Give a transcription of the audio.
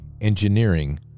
engineering